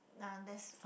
nah that's